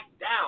down